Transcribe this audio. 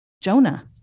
Jonah